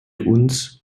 uns